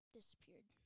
Disappeared